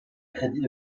crédits